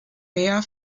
mehr